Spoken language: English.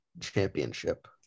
championship